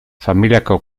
familiako